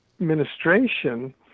administration